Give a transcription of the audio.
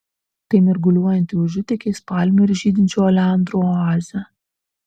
tai mirguliuojanti užutėkiais palmių ir žydinčių oleandrų oazė